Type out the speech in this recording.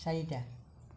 চাৰিটা